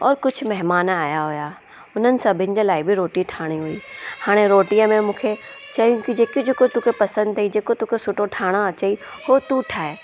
और कुझु महिमान आहियां हुया हुननि सभिनि जे लाइ बि रोटी ठाहिणी हुई हाणे रोटीअ में मूंखे चयूं की जेके जेके तोखे पसंदि अथई जेको तोखे सुठो ठाहिणो अचे उहो तू ठाहे